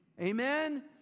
Amen